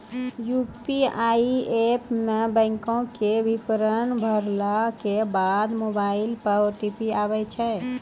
UPI app मे बैंको के विबरण भरला के बाद मोबाइल पे ओ.टी.पी आबै छै